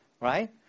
Right